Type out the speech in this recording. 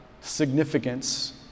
significance